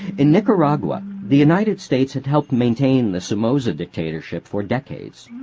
in nicaragua, the united states had helped maintain the somoza dictatorship for decades.